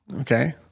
okay